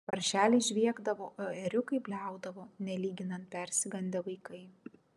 paršeliai žviegdavo o ėriukai bliaudavo nelyginant persigandę vaikai